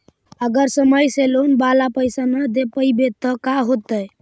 अगर समय से लोन बाला पैसा न दे पईबै तब का होतै?